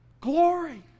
glory